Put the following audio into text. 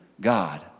God